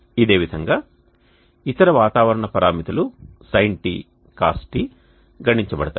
ఇదే విధంగా ఇతర వాతావరణ పరామితులు sinτ cosτ గణించబడతాయి